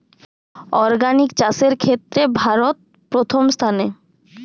organic চাষের ক্ষেত্রে ভারত প্রথম স্থানে